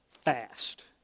fast